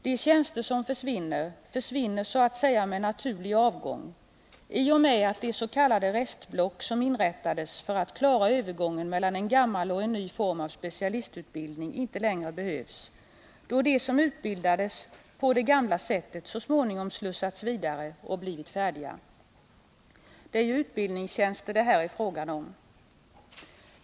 De tjänster som försvinner försvinner så att säga genom naturlig avgång, i och med att de s.k. restblock som inrättades för att klara övergången mellan en gammal och en ny form av specialistutbildning inte längre behövs, då de som utbildades på det gamla sättet så småningom slussats vidare till högre befattningar och blivit färdiga. Det är ju utbildningstjänster det här är frågan om.